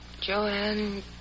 Joanne